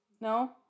No